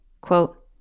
Quote